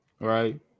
right